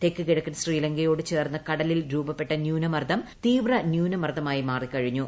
തെക്കു കിഴക്കൻ ശ്രീലങ്കയോടു ചേർന്ന് കടലിൽ രൂപപ്പെട്ട ന്യൂനമർദം തീവ്ര ന്യൂനമർദ്ധ്യിക്കഴിഞ്ഞു